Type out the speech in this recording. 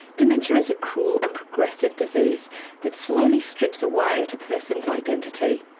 dementia is a cruel and progressive disease that slowly strips away at a person's identity.